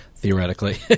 theoretically